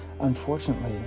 Unfortunately